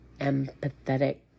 empathetic